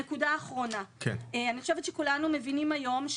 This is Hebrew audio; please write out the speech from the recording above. אני חושבת שכולנו מבינים היום,